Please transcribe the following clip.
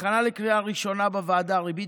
הכנה לקריאה ראשונה בוועדה: ריבית